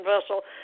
vessel